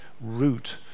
root